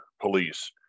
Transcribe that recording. police